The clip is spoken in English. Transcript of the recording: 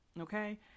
Okay